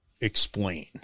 explain